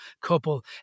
couple